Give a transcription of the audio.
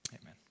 Amen